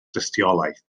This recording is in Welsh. dystiolaeth